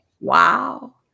Wow